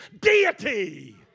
deity